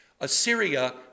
Assyria